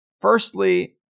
Firstly